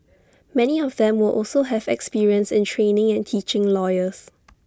many of them will also have experience in training and teaching lawyers